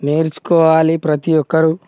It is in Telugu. నేర్చుకోవాలి ప్రతి ఒక్కరు